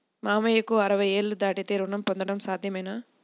మామయ్యకు అరవై ఏళ్లు దాటితే రుణం పొందడం సాధ్యమేనా?